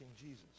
Jesus